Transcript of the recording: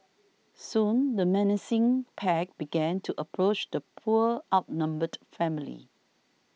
soon the menacing pack began to approach the poor outnumbered family